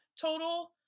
total